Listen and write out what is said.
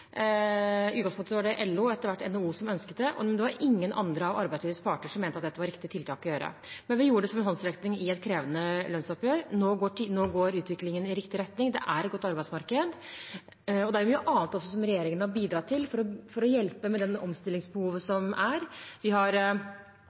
utgangspunktet var det LO og etter hvert også NHO som ønsket det, men det var ingen andre av arbeidslivets parter som mente at dette var riktig tiltak å gjøre. Men vi gjorde det som en håndsrekning i et krevende lønnsoppgjør. Nå går utviklingen i riktig retning, det er et godt arbeidsmarked. Det er også mye annet regjeringen har bidratt med for å hjelpe med det omstillingsbehovet